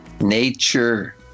nature